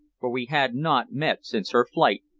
for we had not met since her flight,